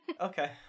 Okay